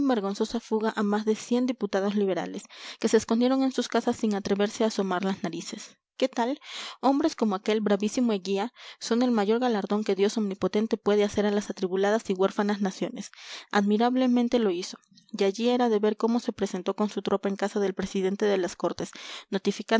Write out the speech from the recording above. vergonzosa fuga a más de cien diputados liberales que se escondieron en sus casas sin atreverse a asomar las narices qué tal hombres como aquel bravísimo eguía son el mayor galardón que dios omnipotente puede hacer a las atribuladas y huérfanas naciones admirablemente lo hizo y allí era de ver cómo se presentó con su tropa en casa del presidente de las cortes